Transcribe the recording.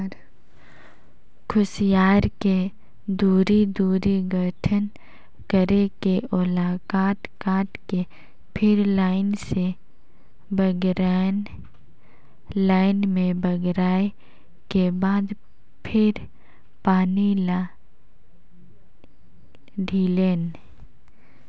खुसियार के दूरी, दूरी गठन करके ओला काट काट के फिर लाइन से बगरायन लाइन में बगराय के बाद फिर पानी ल ढिलेन